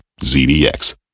ZDX